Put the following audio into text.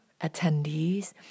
attendees